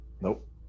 Nope